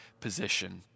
position